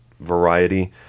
variety